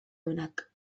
onak